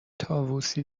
طاووسی